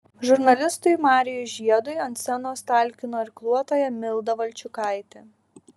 žurnalistui marijui žiedui ant scenos talkino irkluotoja milda valčiukaitė